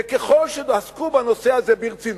וככל שעסקו בנושא הזה ברצינות,